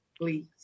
please